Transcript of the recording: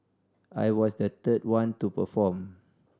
I was the third one to perform